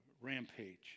rampage